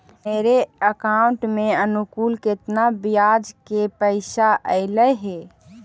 मेरे अकाउंट में अनुकुल केतना बियाज के पैसा अलैयहे?